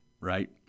right